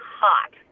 hot